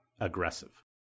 aggressive